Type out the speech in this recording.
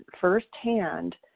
firsthand